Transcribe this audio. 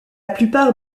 plupart